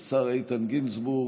השר איתן גינזבורג,